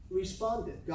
responded